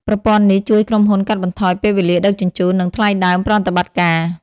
ប្រព័ន្ធនេះជួយក្រុមហ៊ុនកាត់បន្ថយពេលវេលាដឹកជញ្ជូន និងថ្លៃដើមប្រតិបត្តិការ។